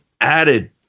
added